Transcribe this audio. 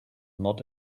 not